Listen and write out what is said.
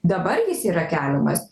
dabar jis yra keliamas